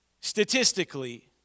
statistically